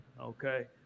Okay